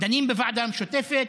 דנים בוועדה המשותפת,